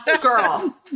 Girl